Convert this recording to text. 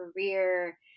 career